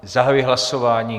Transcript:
Zahajuji hlasování.